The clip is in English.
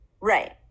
right